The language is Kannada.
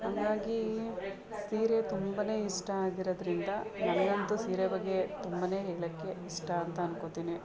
ಹಾಗಾಗಿ ಸೀರೆ ತುಂಬಾ ಇಷ್ಟ ಆಗಿರೋದರಿಂದ ನನ್ಗಂತೂ ಸೀರೆ ಬಗ್ಗೆ ತುಂಬಾ ಹೇಳೋಕ್ಕೆ ಇಷ್ಟು ಅಂತ ಅನ್ಕೊತೀನಿ